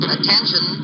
Attention